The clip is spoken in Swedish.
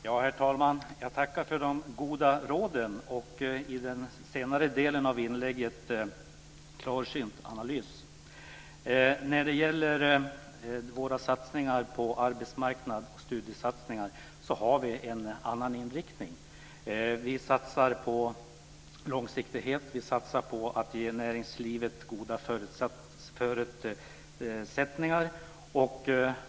Herr talman! Jag tackar för de goda råden, och, i den senare delen av inlägget, en klarsynt analys. När det gäller våra satsningar på arbetsmarknaden och studiesatsningarna har vi en annan inriktning. Vi satsar på långsiktighet. Vi satsar på att ge näringslivet goda förutsättningar.